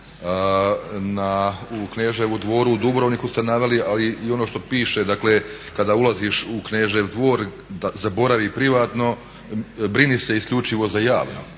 U Kneževu dvoru u Dubrovniku ste naveli, ali i ono što piše dakle kada ulaziš u Knežev dvor zaboravi privatno, brini se isključivo za javno.